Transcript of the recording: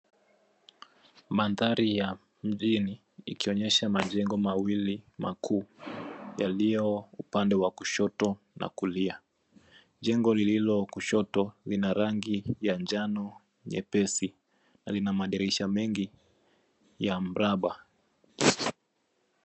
Mandhari ya mjini ikionyesha majengo mawili makuu yaliyo upande wa kushoto na kulia. Jengo lililo kushoto lina rangi ya njano nyepesi na lina madirisha mengi ya mraba.